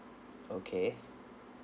okay